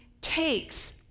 takes